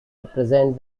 represent